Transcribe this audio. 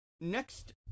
Next